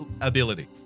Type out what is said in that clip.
ability